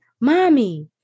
mommy